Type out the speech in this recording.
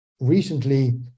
recently